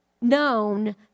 known